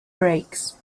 brakes